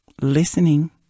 listening